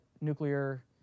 nuclear